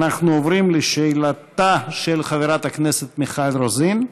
אנחנו עוברים לשאלתה של חברת הכנסת מיכל רוזין.